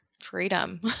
freedom